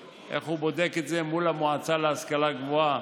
איך הוא בודק את זה מול המועצה להשכלה גבוהה